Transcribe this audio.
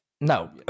no